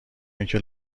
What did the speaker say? اینکه